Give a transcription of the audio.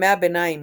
ימי הביניים